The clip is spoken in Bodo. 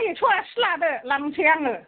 हा एकस' आसि लादो लांसै आङो